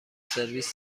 سرویس